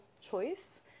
choice